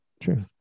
true